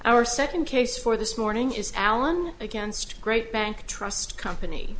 our second case for this morning is alan against great bank trust company